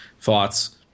thoughts –